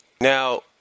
Now